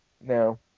No